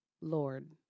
Lord